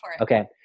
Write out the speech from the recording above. Okay